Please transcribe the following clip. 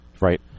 Right